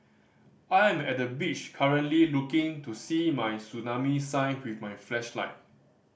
I am at the beach currently looking to see any tsunami sign with my flashlight